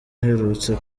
aherutse